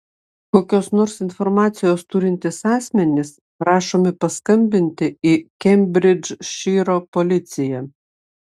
kokios nors informacijos turintys asmenys prašomi paskambinti į kembridžšyro policiją